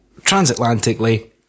transatlantically